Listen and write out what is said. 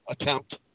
attempt